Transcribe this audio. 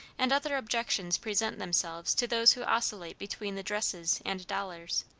and other objections present themselves to those who oscillate between the dresses and dollars,